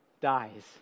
dies